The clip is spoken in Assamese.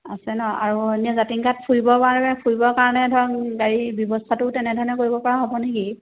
আছে নহ্ আৰু এনেই জাতিংগাত ফুৰিবৰ কাৰণে ফুৰিবৰ কাৰণে ধৰক গাড়ীৰ ব্যৱস্থাটোও তেনেধৰণে কৰিব পৰা হ'ব নে কি